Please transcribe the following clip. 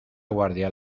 guardia